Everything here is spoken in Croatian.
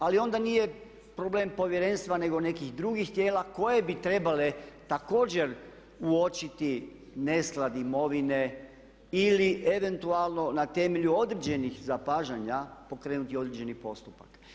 Ali onda nije problem Povjerenstva, nego nekih drugih tijela koje bi trebale također uočiti nesklad imovine ili eventualno na temelju određenih zapažanja pokrenuti određeni postupak.